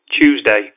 Tuesday